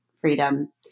freedom